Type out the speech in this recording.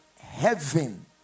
heaven